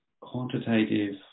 quantitative